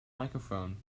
microphone